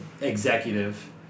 executive